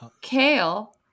kale